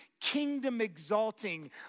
kingdom-exalting